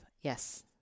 Yes